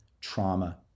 trauma